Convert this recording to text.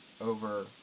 over